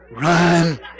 run